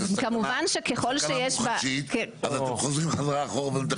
אז אתם חוזרים חזרה אחורה?